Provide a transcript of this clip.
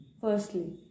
firstly